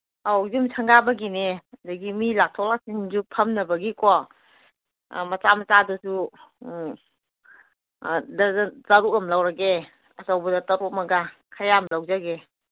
ꯑꯧ ꯌꯨꯝ ꯁꯪꯒꯥꯕꯒꯤꯅꯦ ꯑꯗꯒꯤ ꯃꯤ ꯂꯥꯛꯊꯣꯛ ꯂꯥꯡꯁꯤꯟꯁꯨ ꯐꯝꯅꯕꯒꯤꯀꯣ ꯃꯆꯥ ꯃꯆꯥꯗꯨꯁꯨ ꯎꯝ ꯑꯗꯩꯗ ꯇꯔꯨꯛ ꯑꯃ ꯂꯧꯔꯒꯦ ꯑꯆꯧꯕꯗ ꯇꯔꯨꯛ ꯑꯃꯒ ꯈꯔ ꯌꯥꯝ ꯂꯧꯖꯒꯦ